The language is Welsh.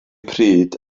pryd